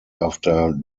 after